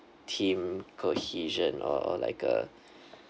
team cohesion or or like a